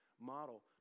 model